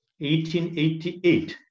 1888